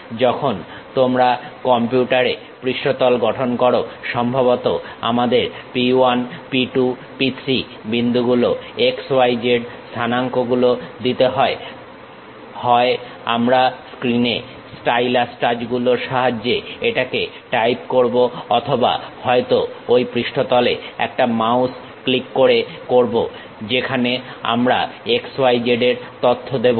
যখন তোমরা কম্পিউটারে পৃষ্ঠতল গঠন করো সম্ভবত আমাদের P 1 P 2 P 3 বিন্দুগুলো x y z স্থানাঙ্ক গুলো দিতে হয় হয় আমরা স্ক্রিনে স্টাইলাস টাচ গুলোর সাহায্যে এটাকে টাইপ করবো অথবা হয়তো ঐ পৃষ্ঠতলে একটা মাউস ক্লিক করে করবো যেখানে আমরা x y z এর তথ্য দেবো